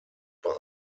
bei